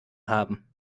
haben